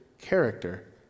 character